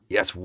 Yes